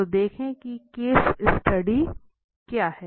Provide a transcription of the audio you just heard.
तो देखें कि केस स्टडी क्या है